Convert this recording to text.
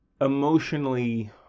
emotionally